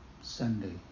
Sunday